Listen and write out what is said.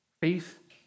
Faith